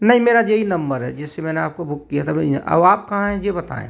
नहीं मेरा यही नंबर है जिससे मैने आपको बुक किया था अब आप कहाँ है ये बताएँ